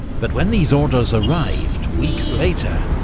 but when these orders arrived, weeks later,